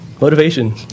motivation